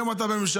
היום אתה בממשלה,